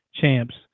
champs